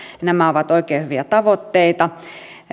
nämä ovat oikein hyviä tavoitteita